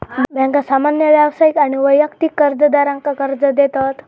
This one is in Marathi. बँका सामान्य व्यावसायिक आणि वैयक्तिक कर्जदारांका कर्ज देतत